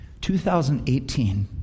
2018